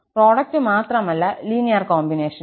product മാത്രമല്ല linear കോമ്പിനേഷനും